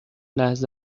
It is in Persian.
لحظه